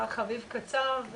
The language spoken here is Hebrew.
מר חביב קצב,